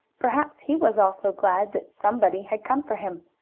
perhaps he was also glad that somebody had come for him,